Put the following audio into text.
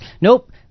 nope